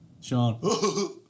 Sean